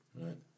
right